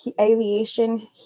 Aviation